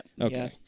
Okay